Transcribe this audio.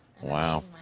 Wow